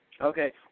Okay